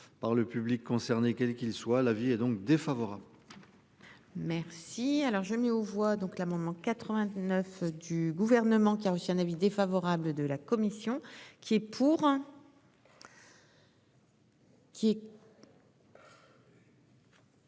par le public concerné, quel qu'il soit l'avis est donc défavorable. Merci alors je mets aux voix donc l'amendement 99 du gouvernement qui a reçu un avis défavorable de la commission. Qui est pour.